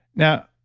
now,